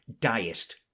diest